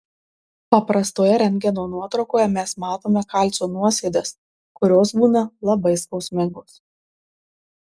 paprastoje rentgeno nuotraukoje mes matome kalcio nuosėdas kurios būna labai skausmingos